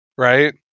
Right